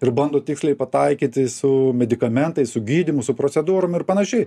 ir bando tiksliai pataikyti su medikamentais su gydymu su procedūrom ir panašiai